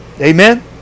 Amen